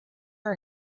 our